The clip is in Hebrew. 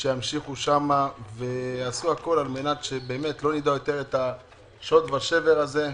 שימשיכו שם ויעשו הכול על מנת שלא נדע יותר את השוד ושבר הזה,